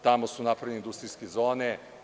Tamo su napravljene industrijske zone.